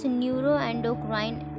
neuroendocrine